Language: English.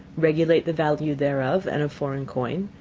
regulate the value thereof, and of foreign coin,